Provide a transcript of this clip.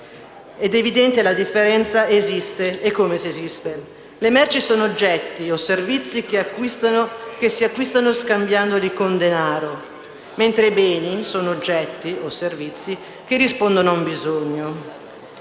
Ed è evidente che la differenza esiste, eccome se esiste. Le merci sono «oggetti o servizi che si acquistano scambiandoli con denaro», mentre i beni sono «oggetti o servizi che rispondono a un bisogno».